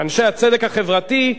אנשי הצדק החברתי,